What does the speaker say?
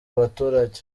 abaturage